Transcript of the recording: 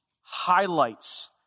highlights